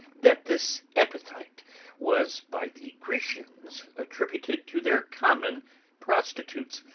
that this epithite was by the graecians attributed to their common prostitutes,